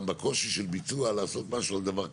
בקושי של ביצוע לעשות משהו על דבר קיים,